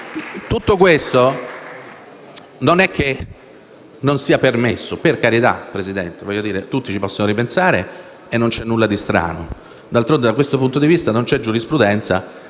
tutto questo non sia permesso. Per carità, Presidente, tutti ci possono ripensare e non c'è nulla di strano. D'altronde, da questo punto di vista non c'è giurisprudenza.